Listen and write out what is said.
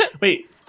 Wait